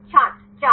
छात्र 4